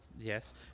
Yes